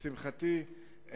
לשמחתי,